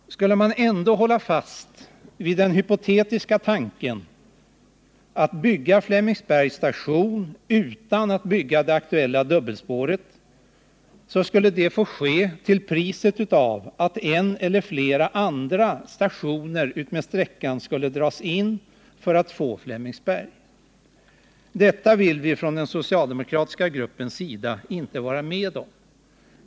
Skulle man ändå hålla fast vi en hypotetiska tanke och bygga Flemingsbergs station utan att bygga det aktuella dubbelspåret, skulle det få ske till priset av att en eller flera andra stationer utmed sträckan fick dras in. Detta vill vi från socialdemokratisk sida inte vara med om.